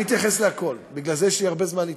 אני אתייחס לכול, בגלל זה יש לי הרבה זמן להתייחס,